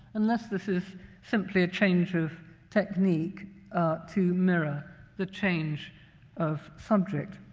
unless this is simply a change of technique to mirror the change of subject.